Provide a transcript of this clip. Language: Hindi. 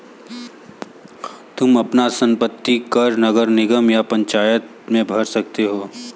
तुम अपना संपत्ति कर नगर निगम या पंचायत में भर सकते हो